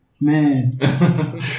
Man